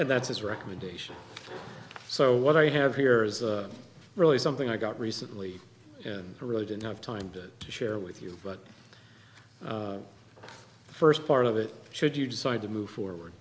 and that's his recommendation so what i have here is really something i got recently and i really didn't have time to share with you but the first part of it should you decide to move forward